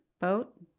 boat